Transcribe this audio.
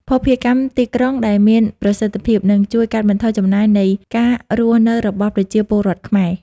ភស្តុភារកម្មទីក្រុងដែលមានប្រសិទ្ធភាព នឹងជួយកាត់បន្ថយចំណាយនៃការរស់នៅរបស់ប្រជាពលរដ្ឋខ្មែរ។